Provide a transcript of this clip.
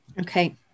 Okay